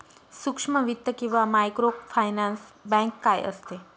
सूक्ष्म वित्त किंवा मायक्रोफायनान्स बँक काय असते?